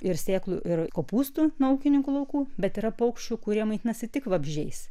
ir sėklų ir kopūstų nuo ūkininkų laukų bet yra paukščių kurie maitinasi tik vabzdžiais